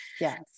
Yes